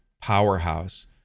powerhouse